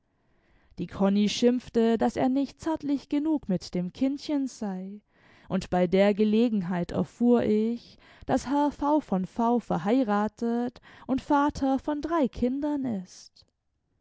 die konni schimpfte iaß er nicht zärtlich genug mit dem kindchen sei imd bei der gelegenheit erfuhr ich daß herr v v v verheiratet imd vater von drei kindern ist